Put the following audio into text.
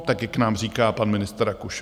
Tak jak nám říká pan ministr Rakušan.